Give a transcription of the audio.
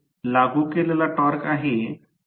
परंतु ट्रान्सफॉर्मर च्या बाबतीत प्रवाह वेगवेगळा होता